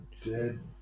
dead